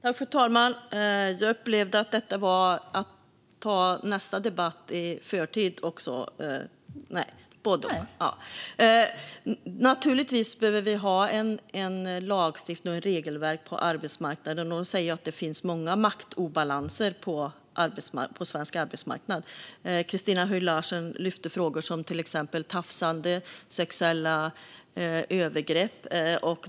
Fru talman! Jag upplevde att detta var att ta nästa debatt i kammaren i förtid. Det var både och. Naturligtvis behöver vi ha en lagstiftning och ett regelverk på arbetsmarknaden. Det finns många maktobalanser på svensk arbetsmarknad. Christina Höj Larsen lyfte fram frågor som till exempel tafsande och sexuella övergrepp.